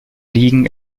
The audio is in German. liegen